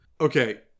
Okay